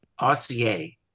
RCA